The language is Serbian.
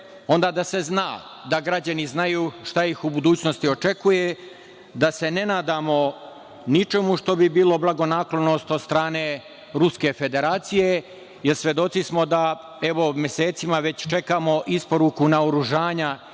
onda da se zna, da građani znaju šta ih u budućnosti očekuje, da se ne nadamo ničemu što bi bilo blagonaklonost od strane Ruske Federacije, jer svedoci smo da evo već mesecima čekamo isporuku naoružanja